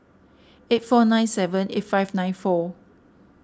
eight four nine seven eight five nine four